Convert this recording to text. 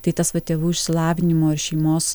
tai tas va tėvų išsilavinimo ir šeimos